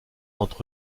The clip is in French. entre